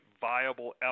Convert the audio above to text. viable